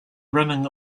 running